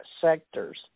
sectors